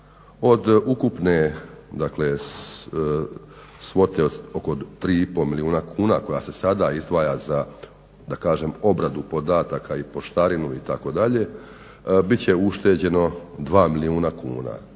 Od ukupne svote od 3,5 milijuna kuna koja se sada izdvaja za da kažem obradu podataka i poštarinu itd. bit će ušteđeno 2 milijuna kuna,